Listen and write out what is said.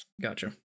Gotcha